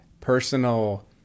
personal